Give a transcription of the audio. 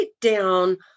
down